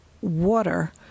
water